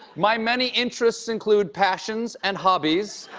my many interests include passions and hobbies,